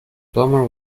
plummer